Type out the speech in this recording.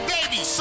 Baby